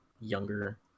younger